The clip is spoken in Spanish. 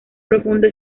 profundo